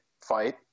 fight